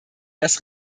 das